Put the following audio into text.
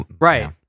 Right